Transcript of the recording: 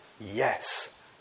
yes